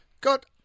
Got